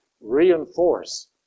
reinforce